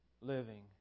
living